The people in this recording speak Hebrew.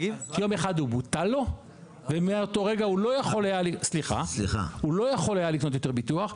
יום אחד הוא בוטל לו ומאותו רגע הוא לא יכל היה לקנות יותר ביטוח,